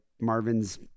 Marvin's